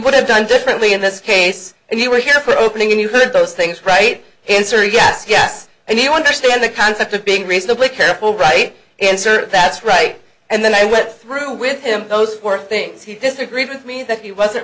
would have done differently in this case and you were here for opening and you heard those things right answer yes yes he wanted to stay in the concept of being reasonably careful right insert that's right and then i went through with him those four things he disagreed with me that he wasn't